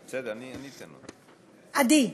עדי: